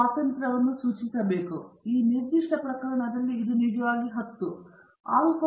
ಆದ್ದರಿಂದ ಮತ್ತೊಂದು ಆಸಕ್ತಿಕರವಾದ ಗಣಿತದ ಕುಶಲತೆಯು ಇಲ್ಲಿದೆ ಇದನ್ನು ನಾನು ನಿಮಗೆ ಬಿಟ್ಟು ಹೋಗುತ್ತೇನೆ